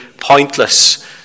pointless